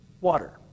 water